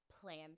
plan